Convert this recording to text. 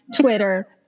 Twitter